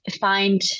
find